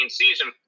season